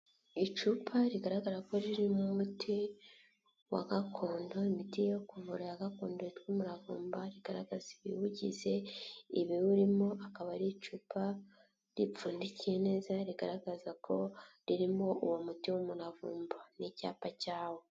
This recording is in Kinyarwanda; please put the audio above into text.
Icupa rigaragara ko ririmo umuti wa gakondo, imiti yo kuvura ya gakondo yitwa umuravumba rigaragaza ibiwugize, ibiwurimo akaba ari icupa ripfundikiye neza rigaragaza ko ririmo uwo muti w'umuravumba n'icyapa cyawo.